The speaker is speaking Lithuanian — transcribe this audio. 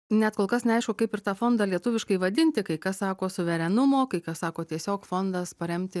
net kol kas neaišku kaip ir tą fondą lietuviškai vadinti kai kas sako suverenumo kai kas sako tiesiog fondas paremti